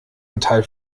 metall